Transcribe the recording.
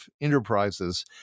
enterprises